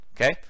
okay